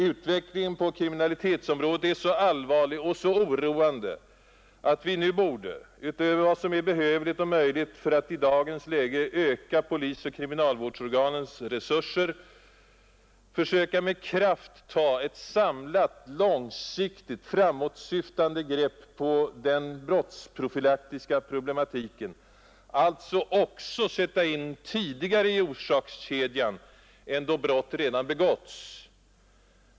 Utvecklingen på kriminalitetsområdet är så allvarlig och så oroande att vi nu borde — utöver vad som är behövligt och möjligt för att i dagens läge öka polisoch kriminalvårdsorganens resurser — försöka med kraft ta ett samlat, långsiktigt, framåtsyftande grepp på den brottsprofylaktiska problematiken, alltså också sätta in åtgärder tidigare i orsakskedjan än då brott redan begåtts.